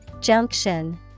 Junction